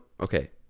Okay